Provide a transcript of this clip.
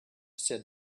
said